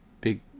big